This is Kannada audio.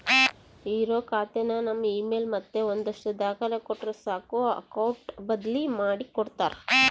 ಇರೋ ಖಾತೆನ ನಮ್ ಇಮೇಲ್ ಮತ್ತೆ ಒಂದಷ್ಟು ದಾಖಲೆ ಕೊಟ್ರೆ ಸಾಕು ಅಕೌಟ್ ಬದ್ಲಿ ಮಾಡಿ ಕೊಡ್ತಾರ